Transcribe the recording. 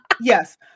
yes